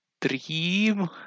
Dream